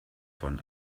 von